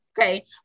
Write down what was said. Okay